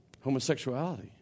Homosexuality